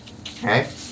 Okay